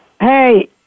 Hey